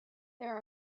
there